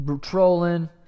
trolling